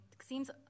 seems